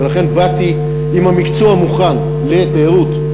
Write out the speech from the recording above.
ולכן באתי עם המקצוע מוכן לתיירות,